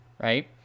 Right